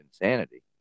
insanity